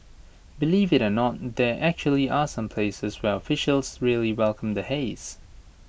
believe IT or not there actually are some places where officials really welcome the haze